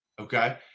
Okay